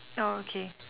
orh okay